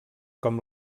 com